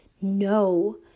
No